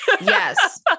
Yes